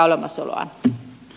arvoisa herra puhemies